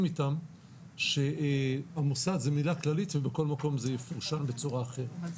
אתם שהמוסד הוא מילה כללית ובכל מקום זה יפורש בצורה אחרת.